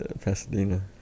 Pasadena